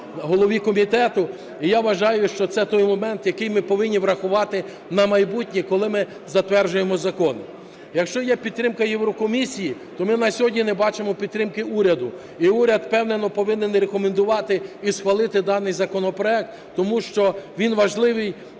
голові комітету. І я вважаю, що це той момент, який ми повинні врахувати на майбутнє, коли ми затверджуємо закон. Якщо є підтримка Єврокомісії, то ми на сьогодні не бачимо підтримки уряду, і уряд впевнено повинен рекомендувати і схвалити даний законопроект, тому що він важливий